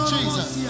Jesus